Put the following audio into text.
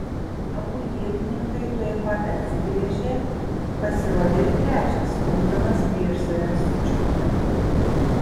abu ietininkai tuoj pat atsigręžė pasirodė ir trečias stumdamas prieš save sučiuptąjį